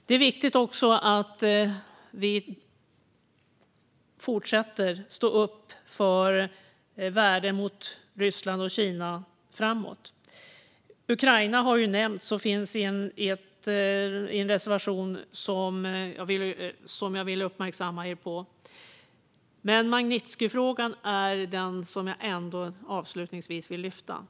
Vi måste också framöver stå upp för värden gentemot Ryssland och Kina. Ukraina har nämnts och tas upp i en reservation som jag vill uppmärksamma er på. Magnitskijfrågan är dock det jag avslutningsvis vill lyfta fram.